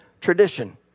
tradition